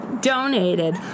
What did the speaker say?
donated